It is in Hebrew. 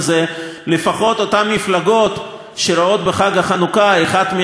לפחות אותן מפלגות שרואות בחג החנוכה את אחת מההשראות שלהן,